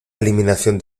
eliminación